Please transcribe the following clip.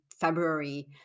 February